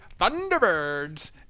Thunderbirds